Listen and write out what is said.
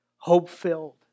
Hope-filled